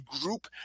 group